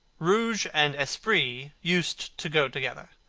rouge and esprit used to go together.